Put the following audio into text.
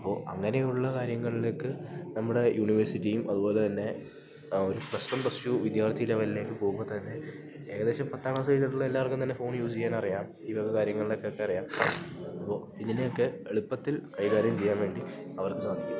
അപ്പോൾ അങ്ങനെയുള്ള കാര്യങ്ങളിലേക്ക് നമ്മുടെ യൂണിവേഴ്സിറ്റിയും അതുപോലെതന്നെ ഒരു പ്ലസ് വൺ പ്ലസ് ടു വിദ്യാർത്ഥി ലെവലിലേക്ക് പോകുമ്പോൾ തന്നെ ഏകദേശം പത്താം ക്ലാസ്സ് കഴിഞ്ഞിട്ടുള്ള എല്ലാവർക്കും തന്നെ ഫോൺ യൂസ് ചെയ്യാൻ അറിയാം ഈ വക കാര്യങ്ങളിലൊക്കെ അറിയാം അപ്പോൾ ഇതിനെയൊക്കെ എളുപ്പത്തിൽ കൈകാര്യം ചെയ്യാൻ വേണ്ടി അവർക്ക് സാധിക്കും